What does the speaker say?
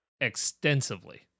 extensively